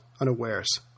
unawares